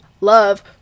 love